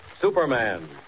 Superman